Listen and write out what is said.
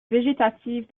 végétative